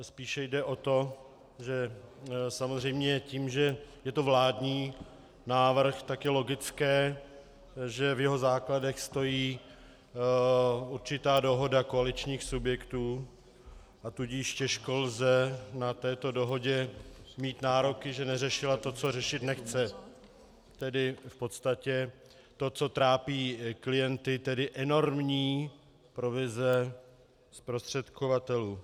Spíše jde o to, že samozřejmě tím, že je to vládní návrh, tak je logické, že v jeho základech stojí určitá dohoda koaličních subjektů, a tudíž těžko lze na tuto dohodu mít nároky, že neřešila to, co řešit nechce, tedy v podstatě to, co trápí klienty, tedy enormní provize zprostředkovatelů.